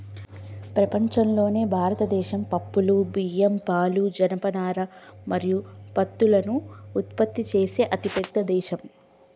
ప్రపంచంలోనే భారతదేశం పప్పులు, బియ్యం, పాలు, జనపనార మరియు పత్తులను ఉత్పత్తి చేసే అతిపెద్ద దేశం